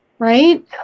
right